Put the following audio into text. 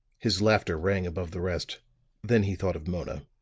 his laughter rang above the rest then he thought of mona.